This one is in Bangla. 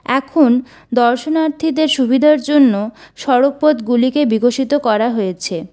এখন দর্শনার্থীদের সুবিধার জন্য সড়ক পথগুলিকে বিকশিত করা হয়েছে